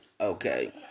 Okay